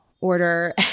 order